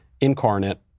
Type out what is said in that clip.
incarnate